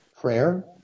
prayer